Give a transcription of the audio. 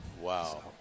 Wow